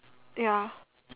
ya